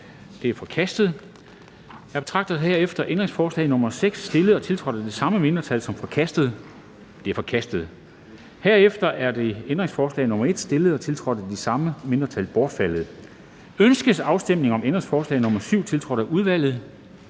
er forkastet. Jeg betragter herefter ændringsforslag nr. 6, stillet og tiltrådt af de samme mindretal, som forkastet. Det er forkastet. Herefter er ændringsforslag nr. 1, stillet og tiltrådt af de samme mindretal, bortfaldet. Ønskes afstemning om ændringsforslag nr. 7, tiltrådt af udvalget?